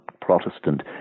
Protestant